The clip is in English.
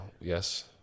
Yes